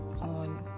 on